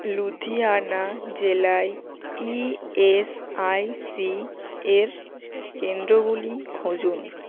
লুধিয়ানা জেলায় ইএসআইসি এর কেন্দ্রগুলি খুঁজুন